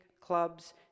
clubs